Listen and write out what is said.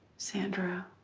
sandra.